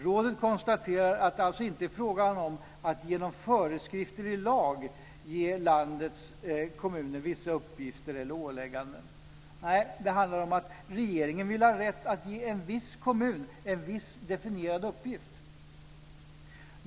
Rådet konstaterar att det alltså inte är frågan om att genom föreskrifter i lag ge landets kommuner vissa uppgifter eller ålägganden. Nej, det handlar om att regeringen vill ha rätt att ge en viss kommun en viss definierad uppgift.